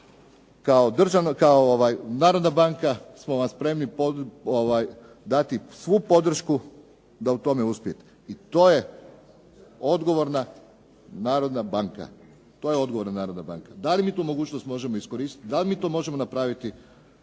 kao Narodna banka smo vam spremni dati svu podršku da u tome uspijete. I to je odgovorna Narodna banka. To je odgovorna Narodna banka. Da li mi tu mogućnost možemo iskoristiti, da li mi to možemo napraviti